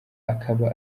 akaba